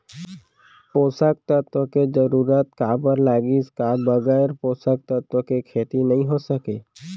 पोसक तत्व के जरूरत काबर लगिस, का बगैर पोसक तत्व के खेती नही हो सके?